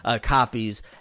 copies